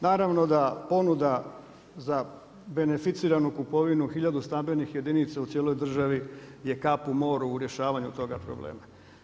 Naravno da ponuda za beneficiranu kupovinu hiljadu stambenih jedinica u cijeloj državi je kap u mogu u rješavanju toga problema.